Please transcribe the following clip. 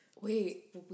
Wait